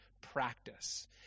practice